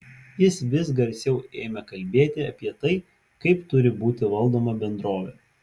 jis vis garsiau ėmė kalbėti apie tai kaip turi būti valdoma bendrovė